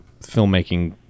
filmmaking